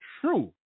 true